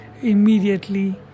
immediately